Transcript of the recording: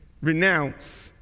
renounce